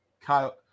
Kyle